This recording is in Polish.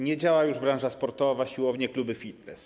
Nie działa już branża sportowa, siłownie, kluby fitness.